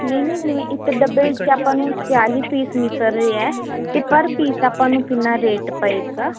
ਨਹੀਂ ਨਹੀਂ ਜਿਵੇਂ ਇੱਕ ਡੱਬੇ ਵਿੱਚ ਆਪਾਂ ਨੂੰ ਚਾਲੀ ਪੀਸ ਨਿਕਲ ਰਹੇ ਹ ਤੇ ਪਰ ਪੀਸ ਆਪਾਂ ਨੂੰ ਕਿੰਨਾ ਰੇਟ ਪਏਗਾ